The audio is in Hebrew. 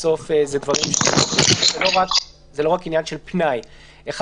בסוף זה לא רק עניין של פנאי: א',